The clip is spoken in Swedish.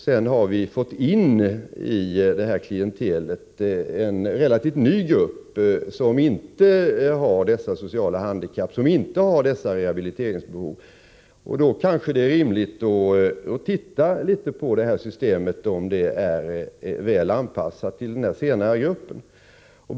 Sedan har vi i detta klientel fått in en relativt ny grupp, som inte har dessa sociala handikapp och rehabiliteringsbehov. Då kanske det är rimligt att undersöka om systemet är väl anpassat till den senare gruppen.